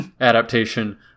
Adaptation